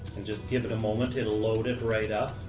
and just give it a moment. it'll load it right up.